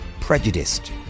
prejudiced